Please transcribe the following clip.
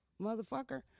motherfucker